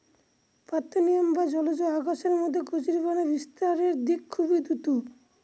parthenium বা জলজ আগাছার মধ্যে কচুরিপানা বিস্তারের দিক খুবই দ্রূত